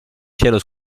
cielo